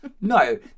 no